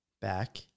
back